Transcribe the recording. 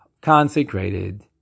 consecrated